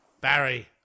Barry